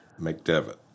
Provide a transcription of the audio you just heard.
McDevitt